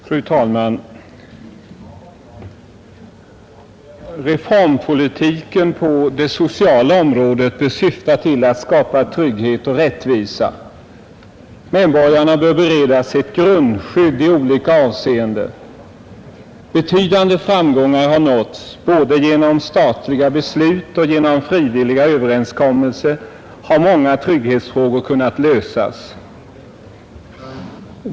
Fru talman! Reformpolitiken på det sociala området syftar till att skapa trygghet och rättvisa. Medborgarna bör beredas ett grundskydd i olika avseenden. Betydande framgångar har nåtts. Både genom statliga beslut och genom frivilliga överenskommelser har många trygghetsfrågor kunnat lösas.